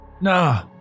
Nah